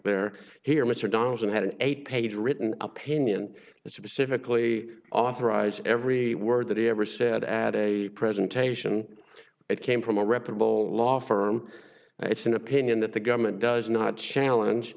there here mr donaldson had an eight page written opinion it's a typically authorized every word that he ever said add a presentation it came from a reputable law firm and it's an opinion that the government does not challenge